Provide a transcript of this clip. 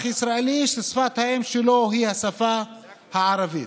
ישראלי ששפת האם שלו היא השפה הערבית."